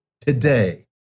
today